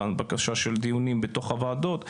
בבקשה של דיונים בתוך הוועדות,